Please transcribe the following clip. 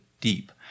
deep